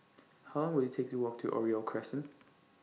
How Long Will IT Take to Walk to Oriole Crescent